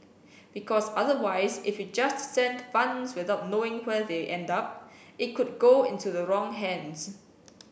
because otherwise if you just send funds without knowing where they end up it could go into the wrong hands